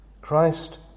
Christ